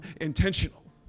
intentional